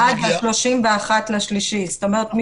זאת אומרת,